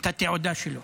את התעודה שלו.